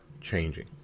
changing